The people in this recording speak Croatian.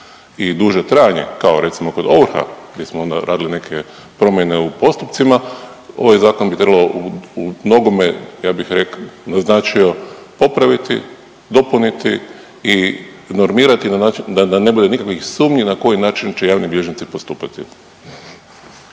i duže trajanje kao recimo kod ovrha, gdje smo onda radili neke promjene u postupcima ovaj zakon bi trebalo umnogome ja bih naznačio popraviti, dopuniti i normirati na način da ne bude nikakvih sumnji na koji način će javni bilježnici postupati.